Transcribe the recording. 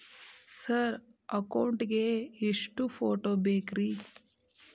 Sir account ಗೇ ಎಷ್ಟು photo ಬೇಕ್ರಿ?